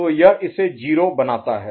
तो यह इसे 0 बनाता है